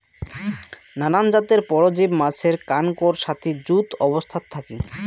নানান জাতের পরজীব মাছের কানকোর সাথি যুত অবস্থাত থাকি